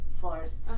Floors